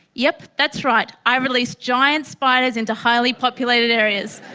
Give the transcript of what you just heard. yes, that's right, i released giant spiders into highly populated areas.